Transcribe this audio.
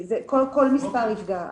כל מספר יפגע.